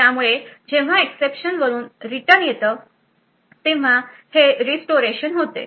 त्यामुळे जेव्हा एक्सेप्शन वरून रिटन येते तेव्हा हे रिस्टोरेशन होते